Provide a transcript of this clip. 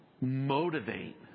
motivate